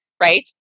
right